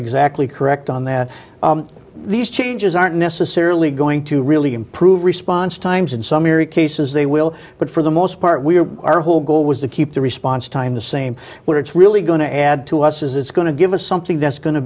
exactly correct on that these changes aren't necessarily going to really improve response times in some area cases they will but for the most part we are our whole goal was to keep the response time the same but it's really going to add to us as it's going to give us something that's go